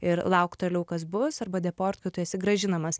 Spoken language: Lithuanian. ir laukt toliau kas bus arba deportuot tu esi grąžinamas